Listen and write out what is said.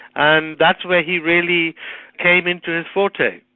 and that's when he really came into his forte.